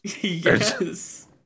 Yes